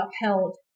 upheld